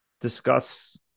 discuss